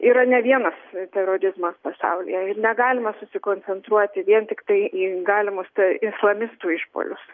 yra ne vienas terorizmas pasaulyje ir negalima susikoncentruoti vien tiktai į galimus islamistų išpuolius